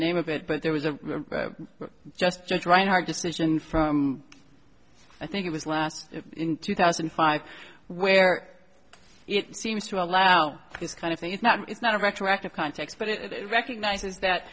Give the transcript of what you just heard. name of it but there was a just just right hard decision from i think it was last in two thousand and five where it seems to allow this kind of thing it's not it's not a retroactive context but it recognizes that